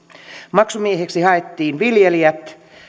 maksumieheksi haettiin viljelijät